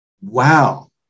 Wow